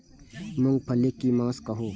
मूँग पकनी के मास कहू?